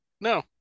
No